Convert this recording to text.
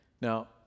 now